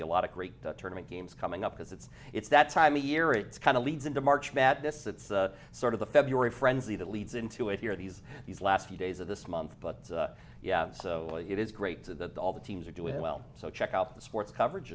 the a lot of the tournament games coming up because it's it's that time of year it's kind of leads into march madness it's sort of the february frenzy that leads into it here these these last few days of this month but yeah so it is great to all the teams are doing well so check out the sports coverage